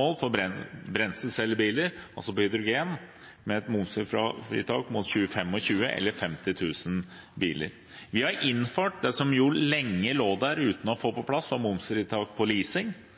mål for brenselcellebiler – altså de som går på hydrogen – med momsfritak til 2025 eller ved solgte 50 000 biler. Vi har innført det som lenge lå der uten å komme på plass, momsfritak på